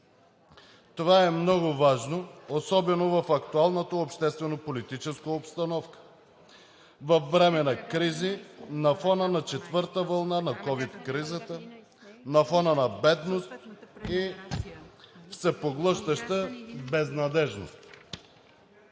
Това е много важно, особено в актуалната обществено-политическа обстановка, във време на кризи, на фона на четвърта вълна на ковид кризата, на фона на бедност и всепоглъщаща безнадеждност.